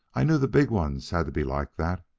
i knew the big ones had to be like that,